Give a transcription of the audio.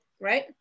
right